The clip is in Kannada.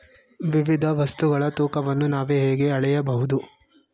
ವಿವಿಧ ವಸ್ತುಗಳ ತೂಕವನ್ನು ನಾವು ಹೇಗೆ ಅಳೆಯಬಹುದು?